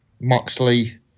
Moxley